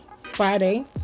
Friday